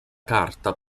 carta